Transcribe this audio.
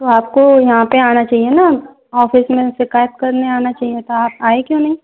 तो आपको यहाँ पे आना चाहिए ना ऑफ़िस में शिकायत करने आना चाहिए था आप आए क्यों नहीं